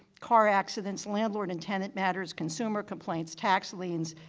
car accidents, landlord and tenant matters, consumer complaints, tax liens,